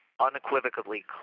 unequivocally